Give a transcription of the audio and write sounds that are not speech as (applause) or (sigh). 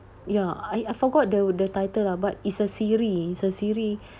ya I I forgot the the title lah but it's a series it's a series (breath)